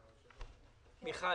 כן,